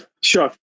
Sure